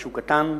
משהו קטן.